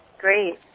Great